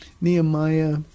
Nehemiah